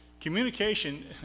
Communication